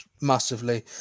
massively